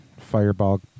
fireball